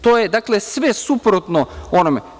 To je sve suprotno onome.